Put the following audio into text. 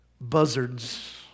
Buzzards